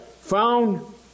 found